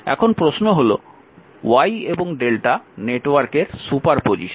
এখন প্রশ্ন হল Y এবং Δ নেটওয়ার্কের সুপারপোজিশন